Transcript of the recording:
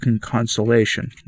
consolation